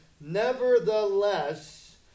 Nevertheless